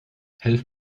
helft